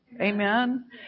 Amen